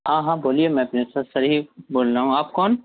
ہاں ہاں بولیے میں پرنسپل سر ہی بول رہا ہوں آپ کون